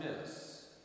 miss